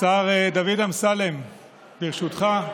השר דוד אמסלם, ברשותך.